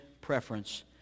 preference